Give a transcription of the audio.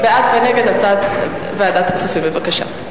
בבקשה.